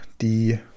die